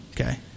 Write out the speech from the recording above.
okay